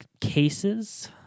cases